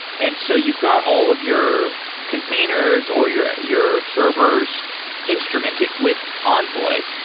and so you've got all of your containers or your your servers instrumented with envoy,